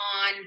on